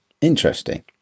Interesting